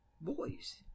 boys